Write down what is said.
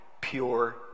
pure